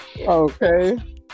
Okay